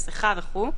מסכה וכו'.